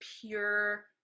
pure